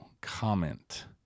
comment